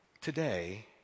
Today